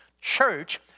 church